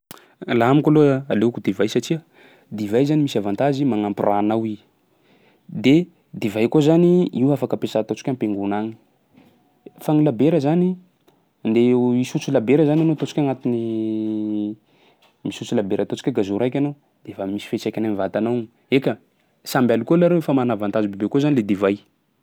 Laha amiko aloha, aleoko divay satsia divay zany misy avantage magnampy rà anao i; de divay koa zany io afaka ampiasà ataontsika hoe am-piangona agny fa gny labiera zany ndeha ho- hisotso labiera zany anao ataontsika hoe agantin'ny misotro labiera ataontsika hoe cageot raiky anao de fa misy fiantraikany amin'ny vatanao igny. Eka! samby alcool reo fa mana avantage bebe kokoa zany le divay.